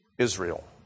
Israel